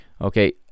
okay